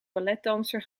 balletdanser